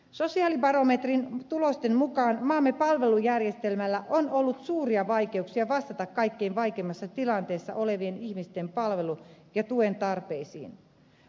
sosiaalibarometrin tulosten mukaan maamme palvelujärjestelmällä on ollut suuria vaikeuksia vastata kaikkein vaikeimmassa tilanteessa ole vien ihmisten palvelujen ja tuen tarpeisiin